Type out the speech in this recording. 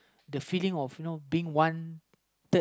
the feeling of you know being wanted